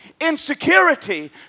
Insecurity